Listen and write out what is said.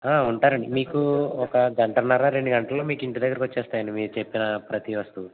ఉంటారండి మీకు ఒక గంటన్నరా రెండుగంటలలో మీకు ఇంటిదగ్గరకు వస్తాయండి మీరు చెప్పిన ప్రతి వస్తువు